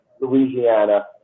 Louisiana